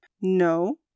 No